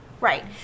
right